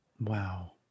wow